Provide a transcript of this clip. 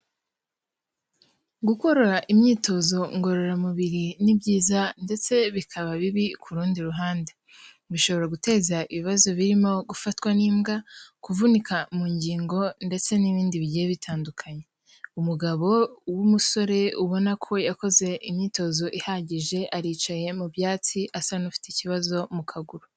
Gukora imyitozo ngororamubiri ni byiza ndetse bikaba bibi ku rundi ruhande, bishobora guteza ibibazo birimo gufatwa n'imbwa, kuvunika mu ngingo ndetse n'ibindi bigiye bitandukanye, umugabo w'umusore ubona ko yakoze imyitozo ihagije aricaye mu byatsi asa n'ufite ikibazo mu kaguru.